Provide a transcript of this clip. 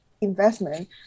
investment